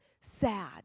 sad